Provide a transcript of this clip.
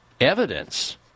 evidence